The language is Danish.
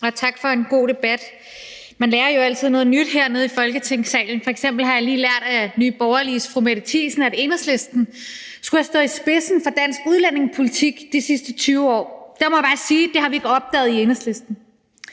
Og tak for en god debat. Man lærer jo altid noget nyt hernede i Folketingsalen, og f.eks. har jeg lige lært af Nye Borgerliges fru Mette Thiesen, at Enhedslisten skulle have stået i spidsen for dansk udlændingepolitik de sidste 20 år. Der må jeg bare sige, at det har vi ikke opdaget i Enhedslisten.